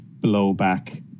blowback